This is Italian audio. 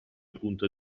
punto